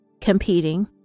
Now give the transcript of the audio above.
competing